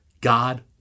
God